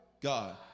God